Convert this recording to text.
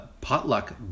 potluck